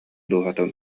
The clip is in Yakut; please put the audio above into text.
дууһатын